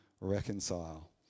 reconcile